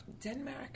Denmark